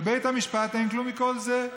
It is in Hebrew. בבית המשפט אין כלום מכל זה.